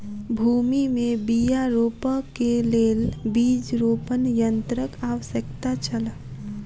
भूमि में बीया रोपअ के लेल बीज रोपण यन्त्रक आवश्यकता छल